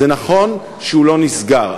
זה נכון שהוא לא נסגר,